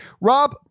Rob